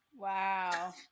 Wow